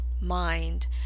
mind